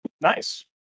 Nice